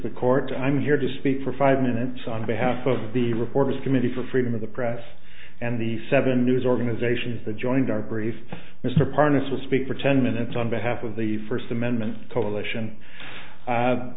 court i'm here to speak for five minutes on behalf of the reporters committee for freedom of the press and the seven news organizations that joined our brief mr parness will speak for ten minutes on behalf of the first amendment coalition